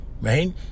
right